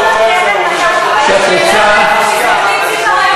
השאלה מאיפה מסתכלים.